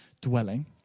dwelling